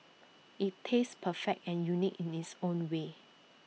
IT tastes perfect and unique in its own way